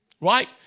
right